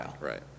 right